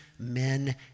men